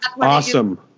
Awesome